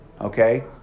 okay